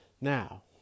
Now